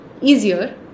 easier